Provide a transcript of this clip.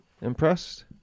impressed